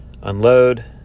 unload